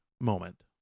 moment